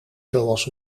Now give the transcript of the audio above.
zoals